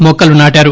మొక్కలు నాటారు